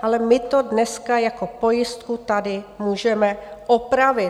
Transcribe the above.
Ale my to dneska jako pojistku tady můžeme opravit.